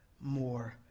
more